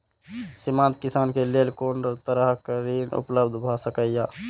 सीमांत किसान के लेल कोन तरहक ऋण उपलब्ध भ सकेया?